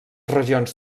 regions